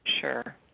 Sure